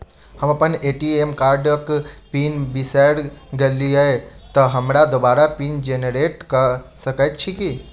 हम अप्पन ए.टी.एम कार्डक पिन बिसैर गेलियै तऽ हमरा दोबारा पिन जेनरेट कऽ सकैत छी की?